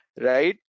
right